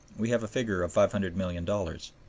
we have a figure of five hundred million dollars.